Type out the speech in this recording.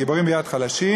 גיבורים ביד חלשים,